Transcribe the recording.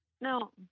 No